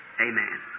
amen